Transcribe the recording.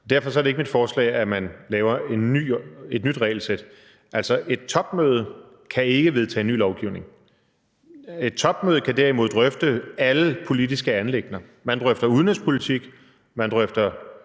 Derfor er det ikke mit forslag, at man laver et nyt regelsæt. Altså, et topmøde kan ikke vedtage ny lovgivning. Et topmøde kan derimod drøfte alle politiske anliggender: Man drøfter udenrigspolitik, man drøfter